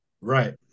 Right